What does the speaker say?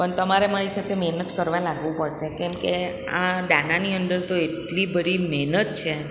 પણ તમારે મારી સાથે મહેનત કરવા લાગવું પડશે કેમ કે આ દાનાની અંદર તો એટલી બધી મહેનત છે